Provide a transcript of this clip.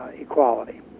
equality